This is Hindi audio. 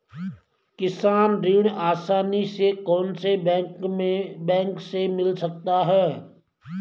किसान ऋण आसानी से कौनसे बैंक से मिल सकता है?